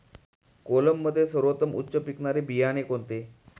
कोलममध्ये सर्वोत्तम उच्च पिकणारे बियाणे कोणते?